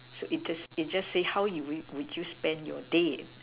so it just it just says how you will would you spend your day